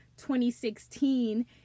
2016